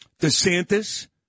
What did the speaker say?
DeSantis